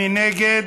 מי נגד?